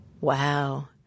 Wow